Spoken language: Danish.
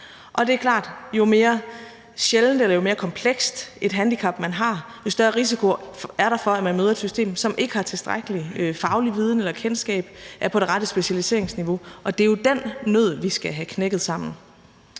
Og det er klart, at jo mere sjældent eller jo mere komplekst et handicap, man har, jo større risiko er der for, at man møder et system, som ikke har tilstrækkelig faglig viden eller kendskab og ikke er på det rette specialiseringsniveau, og det er jo den nød, vi skal have knækket sammen.